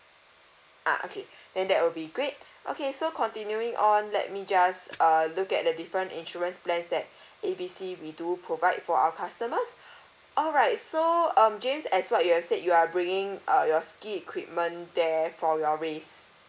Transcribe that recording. ah okay then that will be great okay so continuing on let me just uh look at the different insurance plans that A B C we do provide for our customers alright so um james as what you have said you are bringing uh your ski equipment there for your race